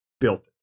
built